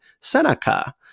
Seneca